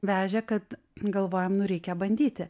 vežė kad galvojam nu reikia bandyti